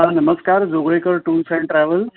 हां नमस्कार Joglekar tours and travels